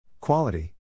Quality